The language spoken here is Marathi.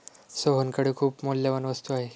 सोहनकडे खूप मौल्यवान वस्तू आहे